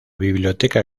biblioteca